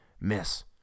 miss